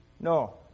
No